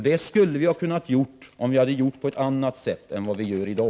Det skulle vi ha kunnat göra, om majoriteten hade handlat på ett annat sätt än den gör i dag.